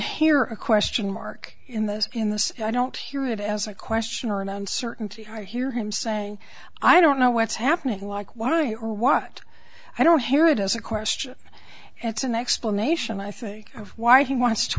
hear a question mark in this in this i don't hear it as a question or an uncertainty i hear him saying i don't know what's happening like why or what i don't hear it as a question and it's an explanation i think of why he wants to